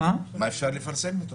מה יש לפרסם?